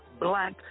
Black